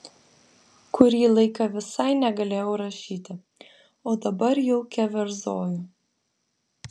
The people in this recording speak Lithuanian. kurį laiką visai negalėjau rašyti o dabar jau keverzoju